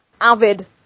avid